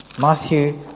Matthew